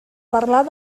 parlar